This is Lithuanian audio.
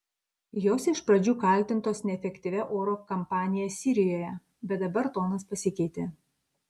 jos iš pradžių kaltintos neefektyvia oro kampanija sirijoje bet dabar tonas pasikeitė